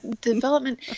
development